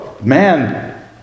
Man